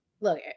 look